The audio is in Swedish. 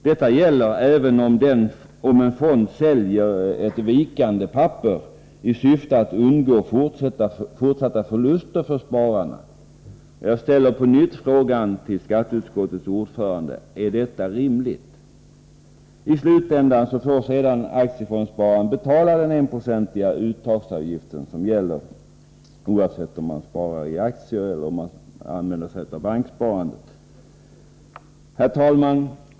Detta gäller även om en fond säljer ett vikande papper i syfte att undgå fortsatta förluster för spararna. Jag ställer på nytt frågan till skatteutskottets ordförande: Är detta rimligt? I slutändan får aktiefondsspararen betala den enprocentiga uttagsavgiften, som utgår oavsett om man spar i aktier eller använder banksparandet. Herr talman!